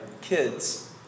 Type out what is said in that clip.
kids